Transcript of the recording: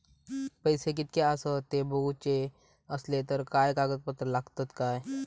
पैशे कीतके आसत ते बघुचे असले तर काय कागद पत्रा लागतात काय?